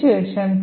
ശേഷം 10